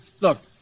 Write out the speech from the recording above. Look